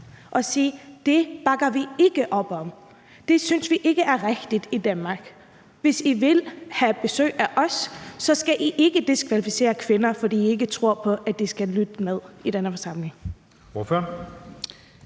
og sige: Det bakker vi ikke op om, det synes vi ikke er rigtigt i Danmark, og hvis I vil have besøg af os, skal I ikke diskvalificere kvinder, fordi I ikke tror på, at de skal lytte med i den her forsamling?